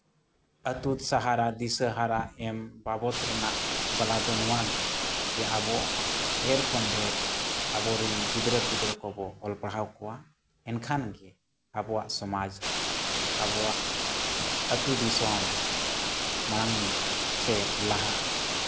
ᱟᱹᱛᱩ ᱥᱟᱦᱟᱨᱟ ᱫᱤᱥᱟᱹᱦᱟᱨᱟ ᱮᱢ ᱵᱟᱵᱚᱫᱽ ᱨᱮᱱᱟᱜ ᱥᱟᱞᱦᱟ ᱫᱚ ᱱᱚᱣᱟ ᱜᱮ ᱡᱮ ᱟᱵᱚ ᱰᱷᱮᱨ ᱠᱷᱚᱱ ᱰᱷᱮᱨ ᱟᱵᱚᱨᱤᱱ ᱜᱤᱫᱽᱨᱟᱹᱼᱯᱤᱫᱽᱨᱟᱹ ᱠᱚᱵᱚ ᱚᱞ ᱯᱟᱲᱦᱟᱣ ᱠᱚᱣᱟ ᱮᱱᱠᱷᱟᱱ ᱜᱮ ᱟᱵᱚᱣᱟᱜ ᱥᱚᱢᱟᱡᱽ ᱟᱵᱚᱣᱟᱜ ᱟᱹᱛᱩ ᱫᱤᱥᱚᱢ ᱢᱟᱲᱟᱝ ᱥᱮ ᱞᱟᱦᱟᱜᱼᱟ